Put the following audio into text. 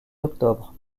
octobre